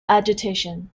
agitation